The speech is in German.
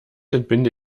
entbinde